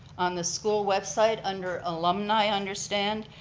on the school website under alumni, i understand.